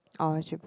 oh actually